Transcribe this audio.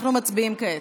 אנחנו מצביעים כעת.